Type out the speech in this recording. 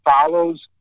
follows